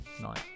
Nice